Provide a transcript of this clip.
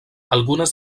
algunes